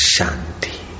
Shanti